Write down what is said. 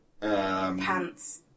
Pants